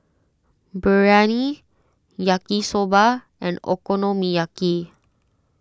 Biryani Yaki Soba and Okonomiyaki